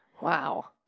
Wow